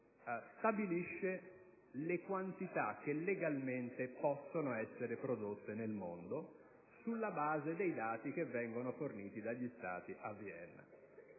stabilisce le quantità che legalmente possono essere prodotte nel mondo, sulla base dei dati che vengono forniti dagli Stati a Vienna.